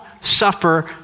suffer